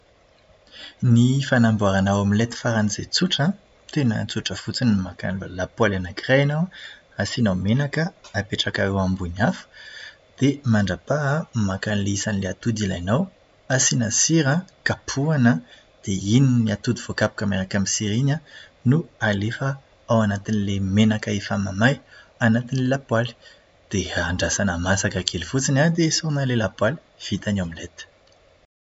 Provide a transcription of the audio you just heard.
Ny fanamboarana omelety faran'izay tsotra an, tena tsotra fotsiny. Maka lapoaly anakiray ianao an, asianao menaka, apetrakao eo ambony afo, dia mandrapaha, maka an'ilay isan'ilay atody ilainao. Asiana sira, kapohana dia iny atody voakapoka miaraka amin'ny sira iny an no alefa ao anatin'ilay menaka efa mahamay anatin'ny lapoaly. Dia andrasana masaka kely fotsiny an, dia esorina ilay lapoaly. Vita ny omelety.